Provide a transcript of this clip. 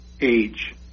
age